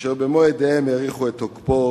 כאשר במו-ידיהם האריכו את תוקפו